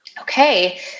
okay